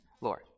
Lord